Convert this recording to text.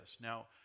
Now